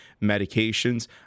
medications